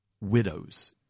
widows